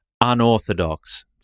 unorthodox